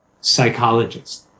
psychologist